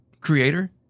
creator